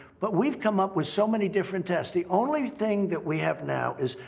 but we've come up with so many different tests. the only thing that we have now is,